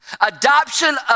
Adoption